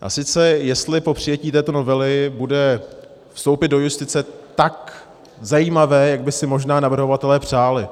A sice jestli po přijetí této novely bude vstoupit do justice tak zajímavé, jak by si možná navrhovatelé přáli.